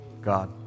God